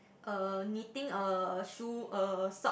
uh knitting a shoe a sock